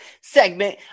segment